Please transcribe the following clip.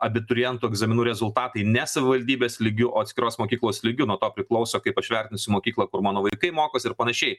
abiturientų egzaminų rezultatai ne savivaldybės lygiu o atskiros mokyklos lygiu nuo to priklauso kaip aš vertinsiu mokyklą kur mano vaikai mokosi ir panašiai